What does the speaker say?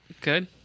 Good